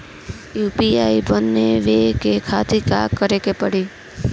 UPI बनावे के खातिर का करे के पड़ी?